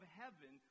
heaven